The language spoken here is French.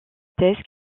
thèse